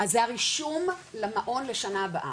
אז זה הרישום למעון לשנה הבאה,